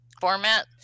format